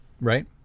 Right